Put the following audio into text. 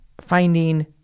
finding